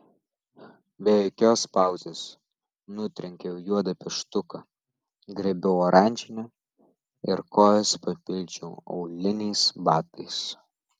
be jokios pauzės nutrenkiau juodą pieštuką griebiau oranžinį ir kojas papildžiau auliniais batais